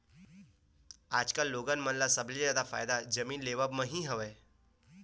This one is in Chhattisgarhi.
आजकल लोगन मन ल सबले जादा फायदा जमीन लेवब म ही हवय